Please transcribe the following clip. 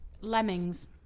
lemmings